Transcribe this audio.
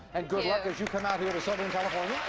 and good luck as you come out here to southern california.